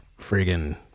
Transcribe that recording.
friggin